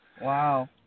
Wow